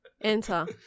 enter